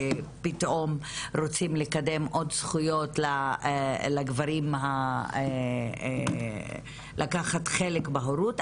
ופתאום רוצים לקדם עוד זכויות לגברים לקחת חלק בהורות,